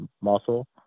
muscle